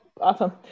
Awesome